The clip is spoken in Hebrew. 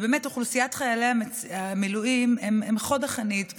אוכלוסיית חיילי המילואים הם חוד החנית,